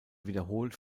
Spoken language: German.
wiederholt